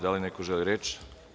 Da li neko želi reč?